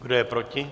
Kdo je proti?